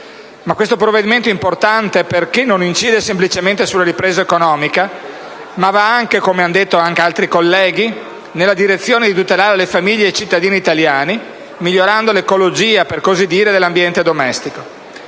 Ma questo provvedimento è importante perché non incide semplicemente sulla ripresa economica, ma va anche, come hanno evidenziato altri colleghi, nella direzione di tutelare le famiglie e i cittadini italiani, migliorando l'ecologia, per così dire, dell'ambiente domestico.